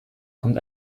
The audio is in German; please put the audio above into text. kommt